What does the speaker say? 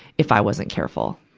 if i wasn't careful.